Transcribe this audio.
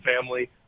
family